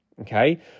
Okay